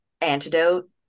antidote